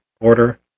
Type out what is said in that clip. order